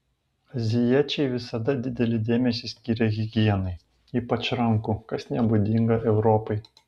azijiečiai visada didelį dėmesį skyrė higienai ypač rankų kas nebūdinga europai